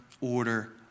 order